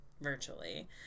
virtually